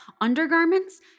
undergarments